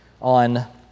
on